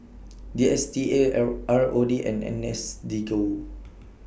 D S T A L R O D and N S D Go